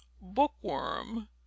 bookworm